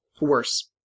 worse